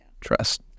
trust